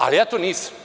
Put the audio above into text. Ali, ja to nisam.